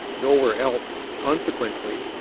nowhere else, consequently,